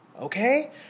Okay